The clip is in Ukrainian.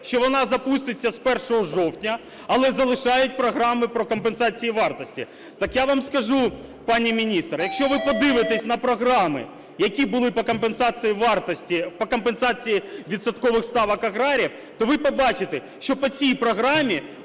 що вона запуститься з 1 жовтня, але залишають програми про компенсацію вартості. Так я вам скажу, пані міністр, якщо ви подивитесь на програми, які були по компенсації вартості… по компенсації відсоткових ставок аграріїв, то ви побачити, що по цій програмі